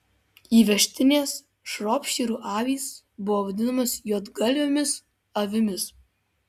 įvežtinės šropšyrų avys buvo vadinamos juodgalvėmis avimis